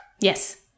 Yes